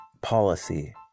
policy